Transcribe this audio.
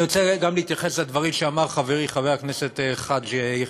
אני רוצה להתייחס גם לדברים שאמר חברי חבר הכנסת חאג' יחיא.